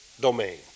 domain